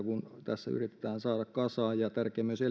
kun tässä yritetään ilmastotavoitteita saada kasaan ja